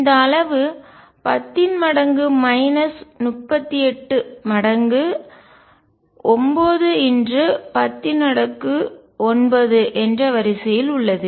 இந்த அளவு 10 38 மடங்கு 9 109 என்ற வரிசையில் உள்ளது